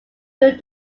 during